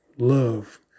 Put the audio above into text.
Love